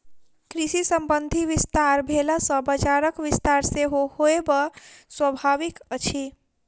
कृषि संबंधी विस्तार भेला सॅ बजारक विस्तार सेहो होयब स्वाभाविक अछि